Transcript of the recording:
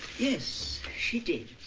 yes she did